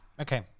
Okay